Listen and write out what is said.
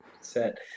set